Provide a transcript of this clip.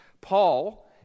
Paul